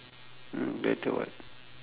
mm better [what]